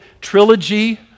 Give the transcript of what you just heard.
trilogy